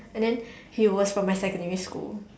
and then he was from my secondary school